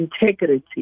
integrity